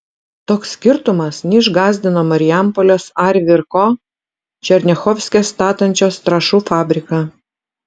toks skirtumas neišgąsdino marijampolės arvi ir ko černiachovske statančios trąšų fabriką